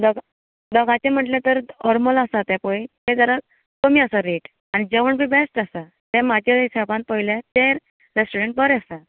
दोगा दोगांतलें म्हणटलें तें हरमल आसा तें जाल्यार कमी आसा रेट आनी जेवण बीन बेश्ट लागता तें म्हाजे हिसाबान पळयल्यार तें रेस्टोरंट बरें आसा